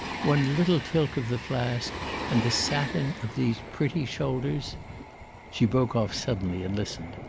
one little tilt of the flask and the satin of these pretty shoulders she broke off suddenly and listened.